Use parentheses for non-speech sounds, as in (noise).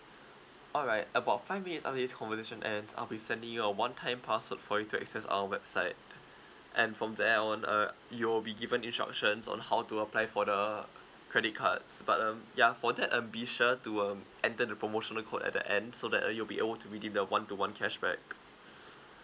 alright about five minutes after this conversation ends I'll be sending you a one time password for you to access our website and from there on uh you'll be given instructions on how to apply for the credit cards but um ya for that um be sure to um enter the promotional code at the end so that uh you'll be able to redeem the one to one cashback (breath)